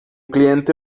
cliente